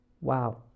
Wow